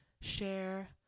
share